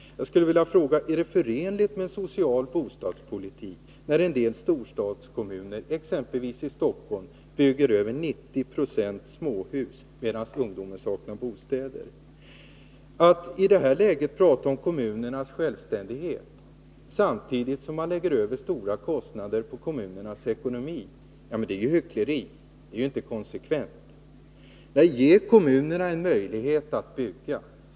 Jag skulle vilja fråga: Är det förenligt med en social bostadspolitik att en del storstadskommuner, exempelvis Stockholm, bygger över 90 Jo småhus, när ungdomen saknar bostäder? Att i det läget prata om kommunernas självständighet, samtidigt som man belastar deras ekonomi med stora kostnader, är ju hyckleri, och det är inte konsekvent. Ge i stället kommunerna en möjlighet att bygga!